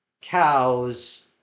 cows